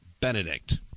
benedict